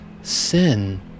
sin